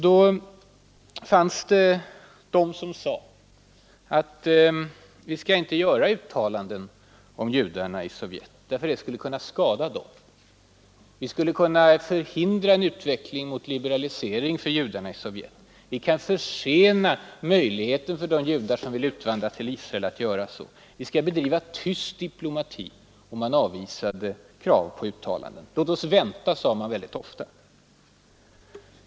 Då fanns det de som sade att vi skall inte göra uttalanden om judarna i Sovjet därför att det skulle kunna skada dem. Vi skulle kunna förhindra en utveckling mot liberalisering för judarna i Sovjet, försena möjligheten för de judar som vill utvandra till Israel att göra detta. Vi skall bedriva tyst diplomati, sades det, och man avvisade kravet på uttalanden. Låt oss vänta, sade man väldigt ofta.